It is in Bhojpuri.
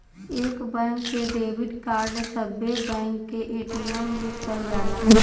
एक बैंक के डेबिट कार्ड सब्बे बैंक के ए.टी.एम मे चल जाला